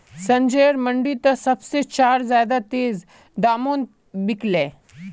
संजयर मंडी त सब से चार ज्यादा तेज़ दामोंत बिकल्ये